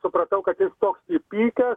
supratau kad jis toks įpykęs